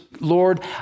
Lord